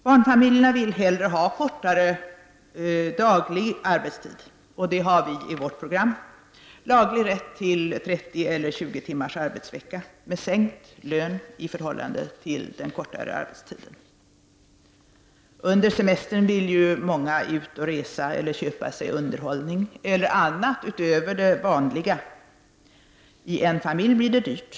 Barnfamiljerna vill hellre ha kortare daglig arbetstid — och det har vi i vårt Under semestern vill många gärna ut och resa eller köpa sig underhållning och annat utöver det vanliga. I en familj blir det dyrt.